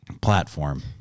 platform